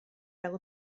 fel